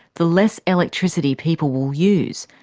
the less electricity people will use,